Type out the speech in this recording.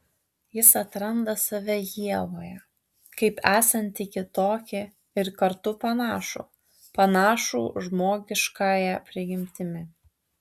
jis atranda save ievoje kaip esantį kitokį ir kartu panašų panašų žmogiškąja prigimtimi